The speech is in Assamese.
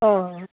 অঁ